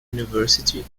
university